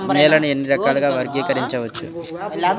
నేలని ఎన్ని రకాలుగా వర్గీకరించవచ్చు?